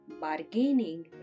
Bargaining